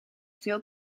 veel